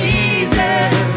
Jesus